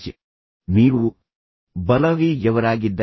ಆದ್ದರಿಂದ ನಾನು ಹೇಳುತ್ತಿರುವಂತೆ ನೀವು ಬಲಗೈ ಯವರಾಗಿದ್ದರೆ